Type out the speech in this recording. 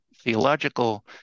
theological